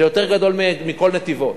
זה יותר גדול מכל נתיבות.